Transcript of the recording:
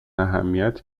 اهمیت